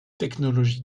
technologies